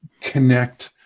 connect